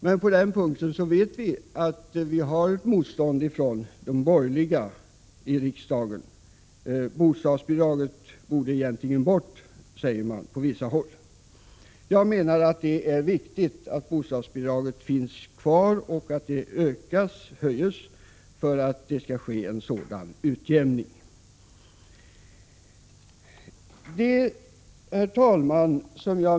Men på den punkten vet vi att vi har ett motstånd från de borgerliga i riksdagen. Bostadsbidragen borde egentligen bort, sägs det på vissa håll. Det är viktigt att bostadsbidraget finns kvar och höjs, för att det skall ske en sådan utjämning. Herr talman!